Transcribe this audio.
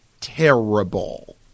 terrible